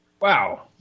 Wow